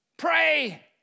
pray